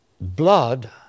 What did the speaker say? blood